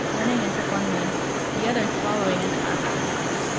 running as if on wings, the others following as fast as they could.